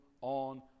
on